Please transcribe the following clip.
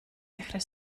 ddechrau